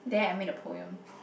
there I made a poem